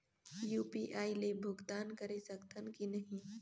UPI ले भुगतान करे सकथन कि नहीं?